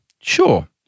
sure